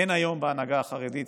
אין היום בהנהגה החרדית,